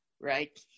right